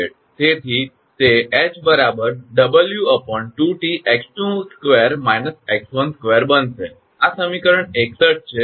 તેથી તે ℎ 𝑊2𝑇𝑥22 − 𝑥12 બનશે આ સમીકરણ 61 છે